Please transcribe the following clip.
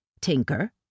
Tinker